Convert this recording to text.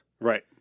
right